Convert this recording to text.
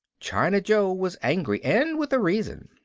china joe was angry, and with a reason.